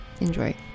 Enjoy